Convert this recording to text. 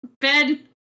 Ben